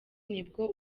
nibwo